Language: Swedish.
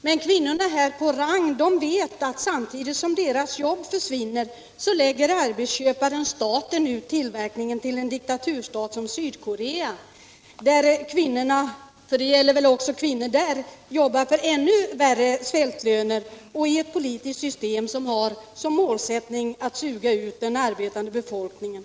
Men kvinnorna på Rang vet att samtidigt som deras jobb försvinner så lägger arbetsköparen, i det här fallet staten, ut tillverkningen till en diktaturstat som Sydkorea, där kvinnorna — för det är väl också där fråga om kvinnor — i ännu högre grad jobbar för svältlöner och som dessutom har ett politiskt system med målsättningen att suga ut den arbetande befolkningen.